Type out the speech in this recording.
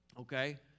Okay